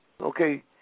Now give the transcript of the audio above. Okay